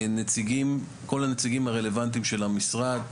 כל הנציגים הרלוונטיים של המשרד,